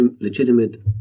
legitimate